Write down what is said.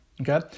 okay